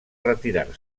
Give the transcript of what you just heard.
retirar